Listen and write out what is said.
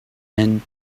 and